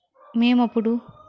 మేము అప్పుడు